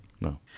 no